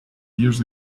years